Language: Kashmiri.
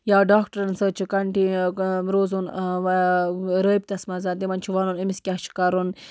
یا ڈاکٹَرَن سۭتۍ چھُ کَنٹہِ روزُن رٲبطس مَنز تِمَن چھُ وَنُن أمِس کیاہ چھُ کَرُن